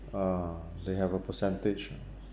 uh they have a percentage ah